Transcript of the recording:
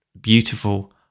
beautiful